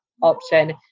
option